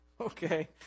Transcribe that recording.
Okay